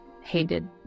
hated